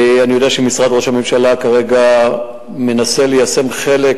אני יודע שמשרד ראש הממשלה מנסה כרגע ליישם חלק,